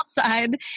outside